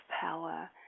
power